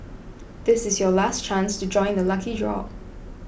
this is your last chance to join the lucky draw